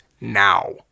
now